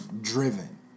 driven